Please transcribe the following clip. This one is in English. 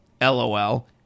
LOL